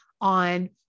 on